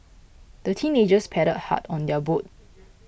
the teenagers paddled hard on their boat